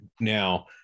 Now